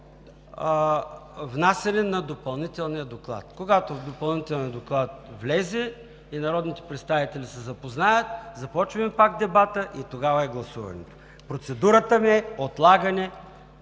внасяне на допълнителния доклад. Когато допълнителният доклад влезе и народните представители се запознаят, започваме пак дебата и тогава е гласуването. Процедурата ми е: отлагане